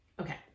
okay